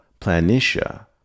Planitia